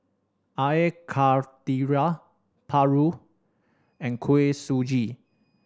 Air Karthira Paru and Kuih Suji